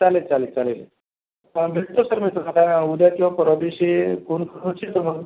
चालेल चालेल चालेल भेटतो सर मी तुम्हाला उद्या किंवा परवा दिवशी कोण कोणची जमेल